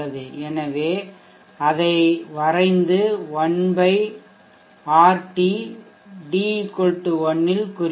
எனவே அதை வரைந்து 1 RT d 1 இல் என்று குறிப்போம்